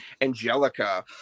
Angelica